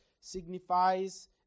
signifies